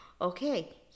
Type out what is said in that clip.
okay